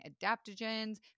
adaptogens